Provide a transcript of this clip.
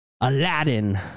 aladdin